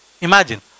Imagine